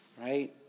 Right